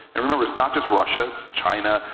and remember it's not just russia, it's china,